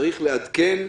צריך לעדכן.